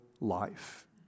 life